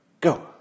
Go